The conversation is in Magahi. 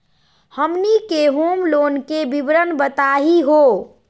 हमनी के होम लोन के विवरण बताही हो?